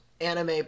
anime